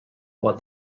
while